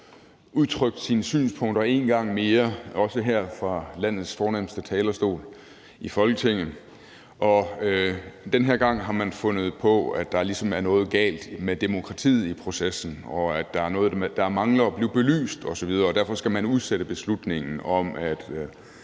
udtrykt sine synspunkter en gang mere, også her fra landets fornemste talerstol i Folketinget, og den her gang har man fundet på, at der ligesom er noget galt med demokratiet i processen, og at der er noget, der mangler at blive belyst osv., og derfor skal man udsætte beslutningen om at